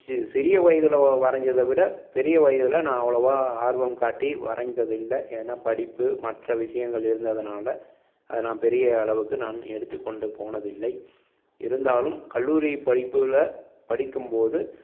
சிறிய வயதில் வரைஞ்சதை விட பெரிய வயதில் நான் அவ்வளோவாக ஆர்வம் காட்டி வரைந்தது இல்லை ஏன்னா படிப்பு மற்ற விஷயங்கள் இருந்ததனால் அதை நான் பெரிய அளவுக்கு நான் எடுத்துக்கொண்டு போனதில்லை இருந்தாலும் கல்லூரி படிப்பில் படிக்கும் போது